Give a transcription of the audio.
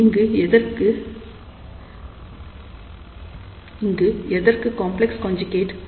இங்கு எதற்கு complex conjugate